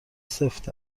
سفت